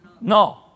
No